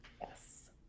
Yes